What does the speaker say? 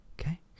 Okay